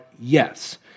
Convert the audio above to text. yes